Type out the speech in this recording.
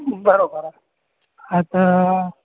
बराबरि आ्हे हा त